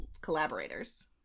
collaborators